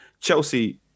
Chelsea